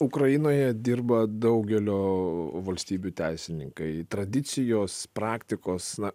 ukrainoje dirba daugelio valstybių teisininkai tradicijos praktikos na